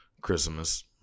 Christmas